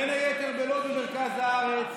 בין היתר בלוד במרכז הארץ.